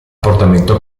portamento